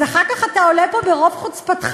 אז אחר כך אתה עולה פה ברוב חוצפתך